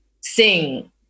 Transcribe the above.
sing